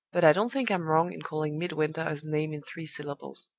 but i don't think i'm wrong, in calling midwinter a name in three syllables.